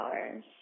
hours